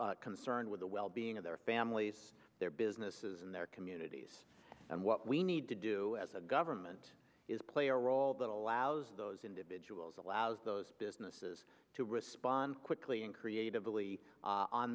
risk concerned with the well being of their families their businesses and their communities and what we need to do as a government is play a role that allows those individuals allows those businesses to respond quickly and creatively